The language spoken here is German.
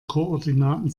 koordinaten